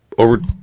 over